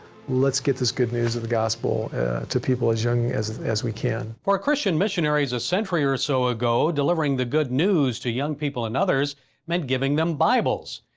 let's get this good news of the gospel to people as young as as we can. for christian missionaries a century or so ago, delivering the good news to young people and others meant giving them bibles.